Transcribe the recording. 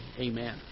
Amen